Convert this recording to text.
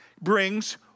brings